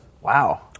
Wow